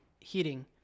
heating